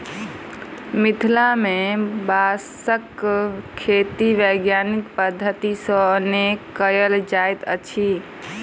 मिथिला मे बाँसक खेती वैज्ञानिक पद्धति सॅ नै कयल जाइत अछि